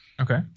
Okay